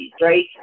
right